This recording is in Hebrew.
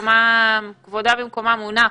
כבודה במקומה מונח,